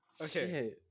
Okay